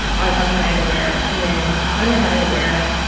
on top of my underwear and then under my underwear.